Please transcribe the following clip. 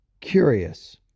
curious